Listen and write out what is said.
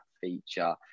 feature